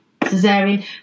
cesarean